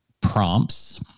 prompts